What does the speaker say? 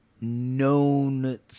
Known